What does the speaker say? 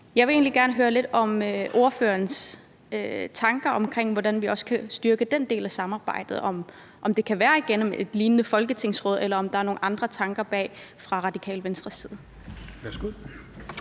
Jeg vil egentlig gerne høre lidt om ordførerens tanker om, hvordan vi kan styrke den del af samarbejdet. Kan det være gennem et lignende folketingsråd, eller er der nogle andre tanker bag fra Radikale Venstres side?